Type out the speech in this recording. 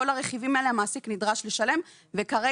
את כל הרכיבים האלה המעסיק נדרש לשלם וכרגע,